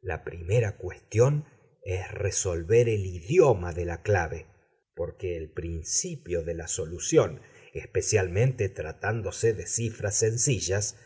la primera cuestión es resolver el idioma de la clave porque el principio de la solución especialmente tratándose de cifras sencillas